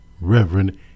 Reverend